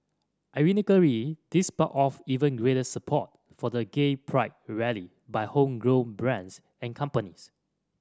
ironically this sparked off even greater support for the gay pride rally by home grown brands and companies